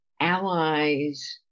allies